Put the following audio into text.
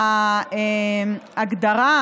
ההגדרה